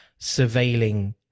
surveilling